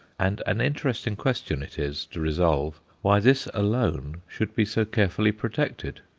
and an interesting question it is to resolve why this alone should be so carefully protected.